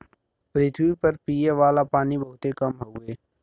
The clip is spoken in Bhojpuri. पृथवी पर पिए वाला पानी बहुत कम हउवे